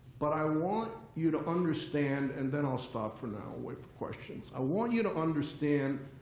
but i want you to understand, and then i'll stop for now with questions, i want you to understand,